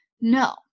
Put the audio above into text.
No